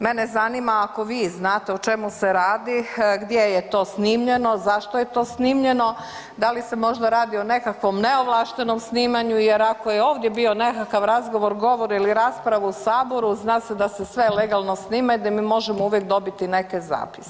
Mene zanima ako vi znate o čemu se radi, gdje je to snimljeno, zašto je to snimljeno, da li se možda radi o nekakvom neovlaštenom snimanju jer ako je ovdje bio nekakav razgovor, govor ili rasprava u saboru zna se da se sve legalno snima i da mi možemo uvijek dobiti neke zapise?